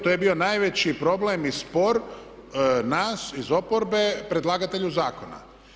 To je bio najveći problem i spor nas iz oporbe predlagatelju zakona.